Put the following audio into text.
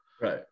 Right